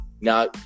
now